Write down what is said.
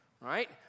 right